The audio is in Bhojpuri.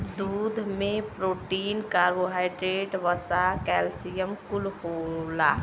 दूध में प्रोटीन, कर्बोहाइड्रेट, वसा, कैल्सियम कुल होला